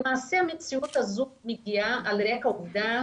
למעשה המציאות הזאת מגיעה על רקע העובדה